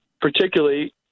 particularly